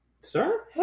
sir